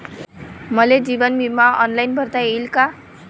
मले जीवन बिमा ऑनलाईन भरता येईन का?